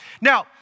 Now